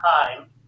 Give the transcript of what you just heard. time